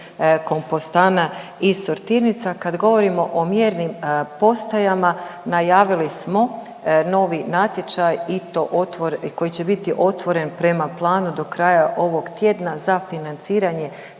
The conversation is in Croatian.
kompostana i sortirnica. Kad govorimo o mjernim postajama najavili smo novi natječaj koji će biti otvoren prema planu do kraja ovog tjedna za financiranje